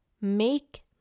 make